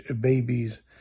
babies